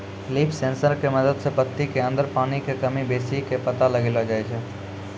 leaf sensor के मदद सॅ पत्ती के अंदर पानी के कमी बेसी के पता लगैलो जाय छै